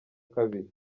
kabiri